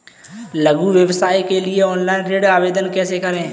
लघु व्यवसाय के लिए ऑनलाइन ऋण आवेदन कैसे करें?